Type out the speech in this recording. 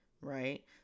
Right